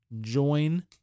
join